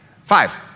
Five